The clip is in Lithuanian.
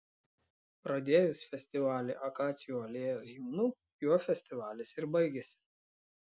pradėjus festivalį akacijų alėjos himnu juo festivalis ir baigėsi